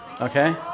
Okay